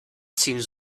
seems